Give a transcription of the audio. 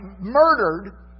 murdered